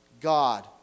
God